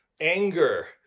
anger